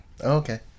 okay